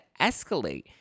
escalate